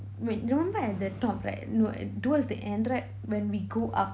wait you remember at the top right no it towards the end right when we go up